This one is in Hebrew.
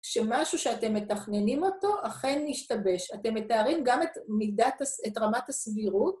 שמשהו שאתם מתכננים אותו אכן נשתבש. אתם מתארים גם את רמת הסבירות.